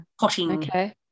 potting